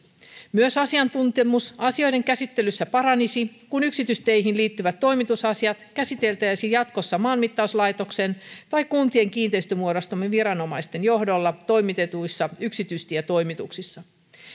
myös asiantuntemus asioiden käsittelyssä paranisi kun yksityisteihin liittyvät toimitusasiat käsiteltäisiin jatkossa maanmittauslaitoksen tai kuntien kiinteistönmuodostamisviranomaisten johdolla toimitetuissa yksityistietoimituksissa